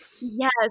yes